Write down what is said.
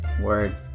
Word